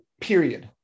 period